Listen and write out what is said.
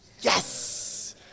yes